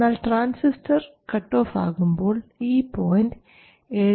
എന്നാൽ transistor cut off ആകുമ്പോൾ ഈ പോയിൻറ് 7